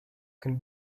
can